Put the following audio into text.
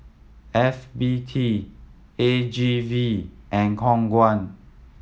F B T A G V and Khong Guan